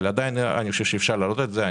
אבל עדיין אפשר להעלות את זה.